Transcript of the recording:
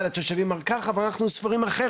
התושבים אמר ככה ואנחנו מצידנו סבורים אחרת",